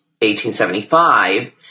1875